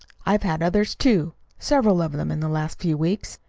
i've had others, too several of them in the last few weeks.